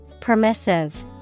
Permissive